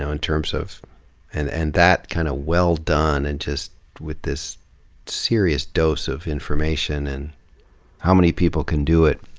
ah in terms of and and that kind of well done, and with this serious dose of information, and how many people can do it?